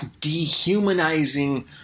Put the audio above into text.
dehumanizing